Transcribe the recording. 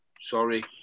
Sorry